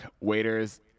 waiters